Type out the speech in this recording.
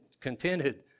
contented